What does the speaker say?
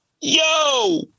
Yo